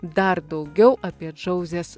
dar daugiau apie džauzės